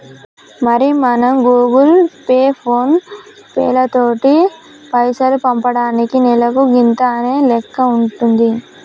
మరి మనం Google Pay ఫోన్ పేలతోటి పైసలు పంపటానికి నెలకు గింత అనే లెక్క ఉంటుంది